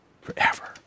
forever